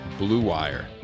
BLUEWIRE